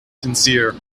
sincere